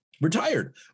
retired